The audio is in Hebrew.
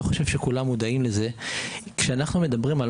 לא כולם מודעים לכך שכשאנחנו מדברים על